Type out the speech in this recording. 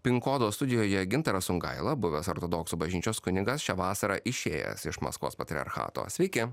pin kodo studijoje gintaras sungaila buvęs ortodoksų bažnyčios kunigas šią vasarą išėjęs iš maskvos patriarchato sveiki